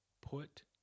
put